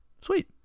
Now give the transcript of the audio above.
Sweet